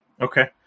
Okay